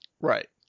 Right